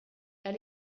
lan